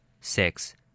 Six